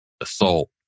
assault